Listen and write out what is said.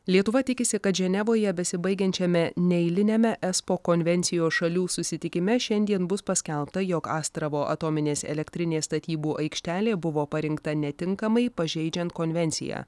lietuva tikisi kad ženevoje besibaigiančiame neeiliniame espo konvencijos šalių susitikime šiandien bus paskelbta jog astravo atominės elektrinės statybų aikštelė buvo parinkta netinkamai pažeidžiant konvenciją